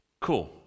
Cool